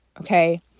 okay